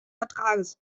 vertrages